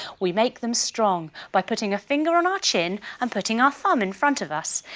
we make them strong by putting a finger on our chin and putting our thumb in front of us.